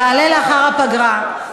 יעלה לאחר הפגרה.